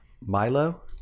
Milo